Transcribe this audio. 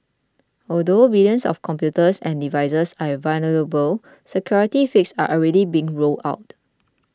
although billions of computers and devices are vulnerable security fixes are already being rolled out